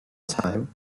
time